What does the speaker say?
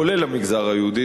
כולל במגזר היהודי,